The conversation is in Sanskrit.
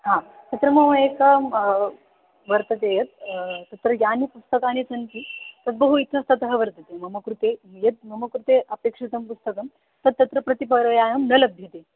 हा तत्र मम एकं वर्तते यत् तत्र यानि पुस्तकानि सन्ति तद् बहु इतस्ततः वर्तते मम कृते यत् मम कृते अपेक्षितं पुस्तकं तत्र तत्र प्रतिपर्यायं न लभ्यते